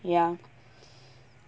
ya